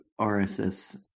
RSS